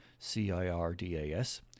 CIRDAS